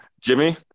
Jimmy